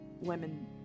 women